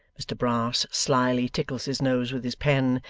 mr brass slyly tickles his nose with his pen,